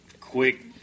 quick